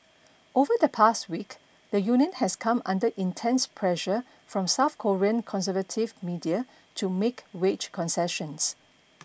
over the past week the union has come under intense pressure from South Korean conservative media to make wage concessions